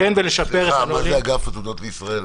מה זה אגף התעודות לישראל?